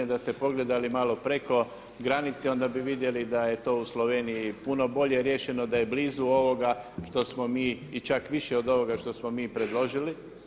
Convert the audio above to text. I da ste pogledali malo preko granice onda bi vidjeli da je to u Sloveniji puno bolje riješeno, da je blizu ovoga što smo mi i čak i više od ovoga što smo mi predložili.